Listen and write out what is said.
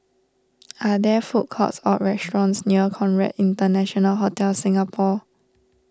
are there food courts or restaurants near Conrad International Hotel Singapore